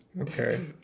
Okay